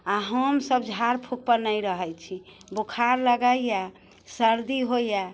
आओर हमसब झारफूकपर नहि रहै छी बोखार लगैय सर्दी होइए